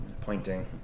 pointing